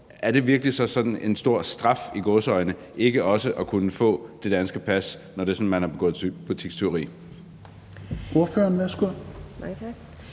Er det virkelig sådan en stor straf i gåseøjne ikke også at kunne få det danske pas, når det er sådan, at